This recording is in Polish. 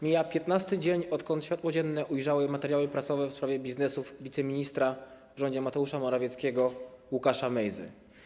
Mija 15. dzień, odkąd światło dzienne ujrzały materiały prasowe dotyczące biznesów wiceministra w rządzie Mateusza Morawieckiego Łukasza Mejzy.